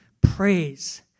praise